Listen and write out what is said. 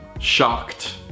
shocked